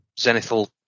Zenithal